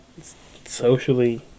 socially